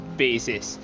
basis